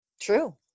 True